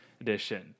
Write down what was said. edition